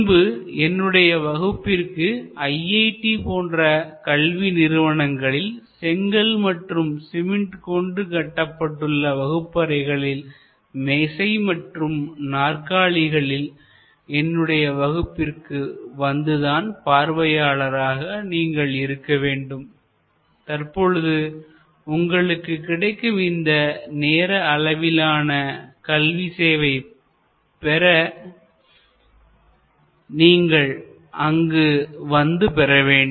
முன்பு என்னுடைய வகுப்பிற்கு ஐஐடி போன்ற கல்வி நிறுவனங்களில் செங்கல் மற்றும் சிமென்ட் கொண்டு கட்டப்பட்டுள்ள வகுப்பறைகளில் மேசை மற்றும் நாற்காலிகளில் என்னுடைய வகுப்பிற்கு வந்து தான் பார்வையாளர்களாக நீங்கள் இருக்க வேண்டும் தற்போது உங்களுக்கு கிடைக்கும் இந்த நேரஅளவிலான கல்வி சேவை பெற நீங்கள் அங்கு வந்து பெற வேண்டும்